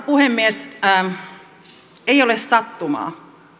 puhemies ei ole sattumaa